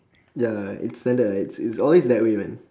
ya it's standard lah it's it's always that way man